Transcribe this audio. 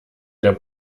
der